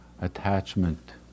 attachment